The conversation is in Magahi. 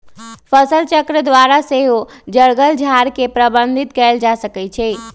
फसलचक्र द्वारा सेहो जङगल झार के प्रबंधित कएल जा सकै छइ